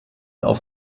auf